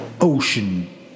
ocean